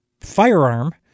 firearm